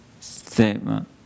statement